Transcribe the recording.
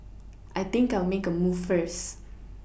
I think I'll make a move first